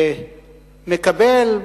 שמקבל,